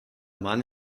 mann